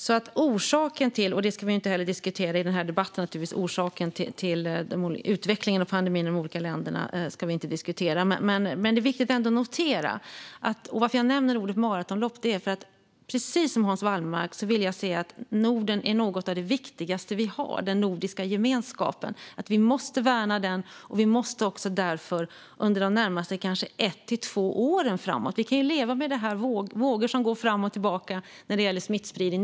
Vi ska naturligtvis inte diskutera orsaken till utvecklingen av pandemin i de olika länderna i den här debatten. Men att jag nämner ordet maratonlopp är för att jag precis som Hans Wallmark vill säga att Norden och den nordiska gemenskapen är något av det viktigaste vi har. Vi måste värna den, och vi måste också därför under de närmaste kanske ett till två åren framåt leva med det här i vågor som går fram och tillbaka när det gäller smittspridningen.